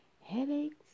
Headaches